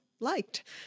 liked